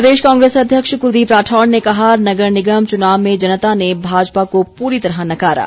प्रदेश कांग्रेस अध्यक्ष कुलदीप राठौर ने कहा नगर निगम चुनाव में जनता ने भाजपा को पूरी तरह नकारा